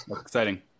exciting